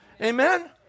Amen